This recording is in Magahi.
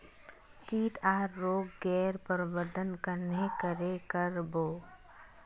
किट आर रोग गैर प्रबंधन कन्हे करे कर बो?